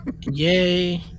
Yay